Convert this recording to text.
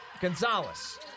Gonzalez